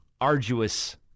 arduous